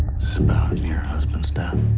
it's about your husband's death?